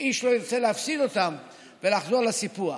שאיש לא ירצה להפסיד אותם ולחזור לסיפוח.